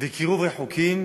וקירוב רחוקים,